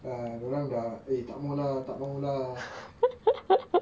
err dia orang dah eh tak mahu lah tak mahu lah